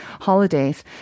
holidays